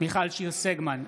מיכל שיר סגמן,